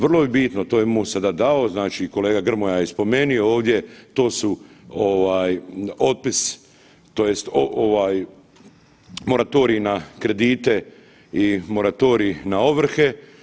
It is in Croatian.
Vrlo je bitno, to je MOST sada dao, znači kolega Grmoja je i spomenio ovdje, to su ovaj otpis tj. ovaj moratorij na kredite i moratorij na ovrhe.